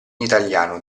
italiano